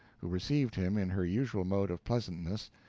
who received him in her usual mode of pleasantness,